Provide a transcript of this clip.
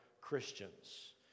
Christians